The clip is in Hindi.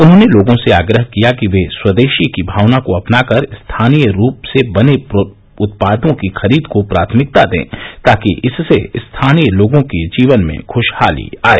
उन्होंने लोगों से आग्रह किया कि वे स्वदेशी की भावना को अपनाकर स्थानीय रूप से बने उत्पादों की खरीद को प्राथमिकता दें ताकि इससे स्थानीय लोगों के जीवन में खुशहाली आए